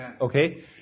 Okay